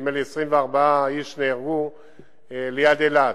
נדמה לי ש-24 איש נהרגו ליד אילת,